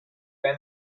pen